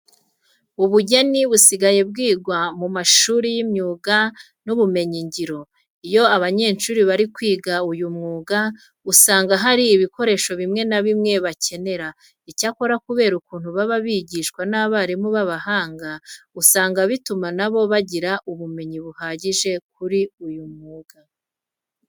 Ubugeni busigaye bwigwa mu mashuri y'imyuga n'ubumenyingiro. Iyo abanyeshuri bari kwiga uyu mwuga usanga hari ibikoresho bimwe na bimwe bakenera. Icyakora kubera ukuntu baba bigishwa n'abarimu b'abahanga usanga bituma na bo bagira ubumenyi buhagije kuri uyu mwuga.